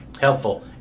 helpful